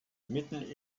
mitten